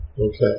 Okay